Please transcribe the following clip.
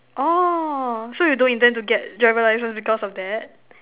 orh so you don't intend to get driver license because of that